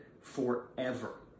forever